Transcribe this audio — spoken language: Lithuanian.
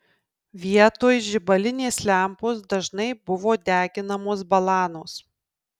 vietoj žibalinės lempos dažnai buvo deginamos balanos